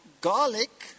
garlic